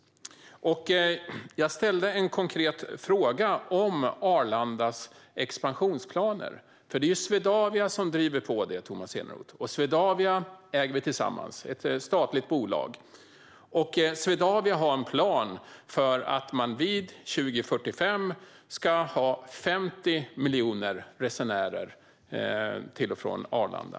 Jag ställde en konkret fråga om Arlandas expansionsplaner. Det är Swedavia som driver på dem, Tomas Eneroth, och Swedavia äger vi tillsammans; det är ett statligt bolag. Swedavia har en plan: År 2045 ska man ha 50 miljoner resenärer till och från Arlanda.